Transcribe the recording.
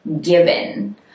given